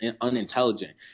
unintelligent